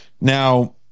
Now